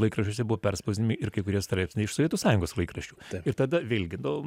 laikraščiuose buvo perspausdinami ir kai kurie straipsniai iš sovietų sąjungos laikraščių ir tada vėlgi nu